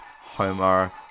Homer